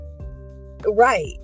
right